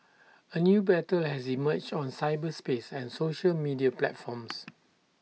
A new battle has emerged on cyberspace and social media platforms